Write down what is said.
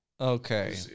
Okay